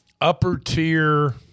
upper-tier